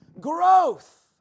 growth